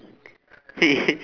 he